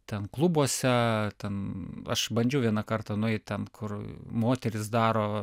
ten klubuose ten aš bandžiau vieną kartą nueit ten kur moterys daro